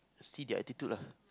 see their attitude lah